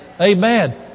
Amen